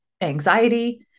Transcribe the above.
anxiety